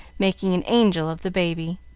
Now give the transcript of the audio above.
making an angel of the baby.